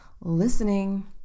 listening